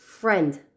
friend